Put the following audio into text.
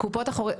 קופות החולים,